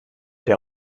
der